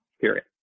period